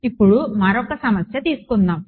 ఇప్పుడు మరొక సమస్య తీసుకుందాము